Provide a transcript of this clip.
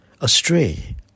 astray